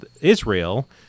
Israel